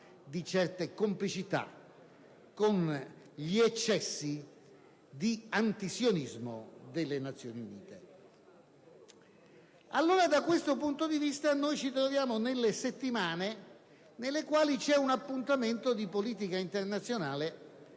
con certe complicità con gli eccessi di antisionismo delle Nazioni Unite. Da questo punto di vista, noi ci troviamo nelle settimane nelle quali c'è un appuntamento di politica internazionale